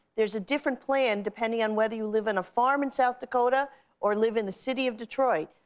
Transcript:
there's a different plan depending on whether you live in a farm in south dakota or live in the city of detroit.